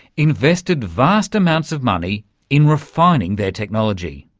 invested vast amounts of money in refining their technology.